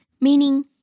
meaning